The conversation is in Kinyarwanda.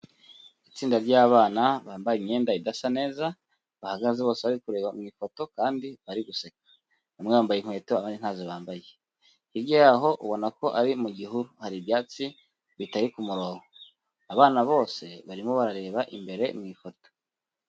Itsinda ry'abana bambaye imyenda idasa neza bahagaze bose bari kureba mu ifoto kandi bari guseka, bamwe bambaye inkweto abandi ntazo bambaye, hirya yaho ubona ko ari mu gihuru hari ibyatsi bitari ku murongo, abana bose barimo barareba imbere mu ifoto.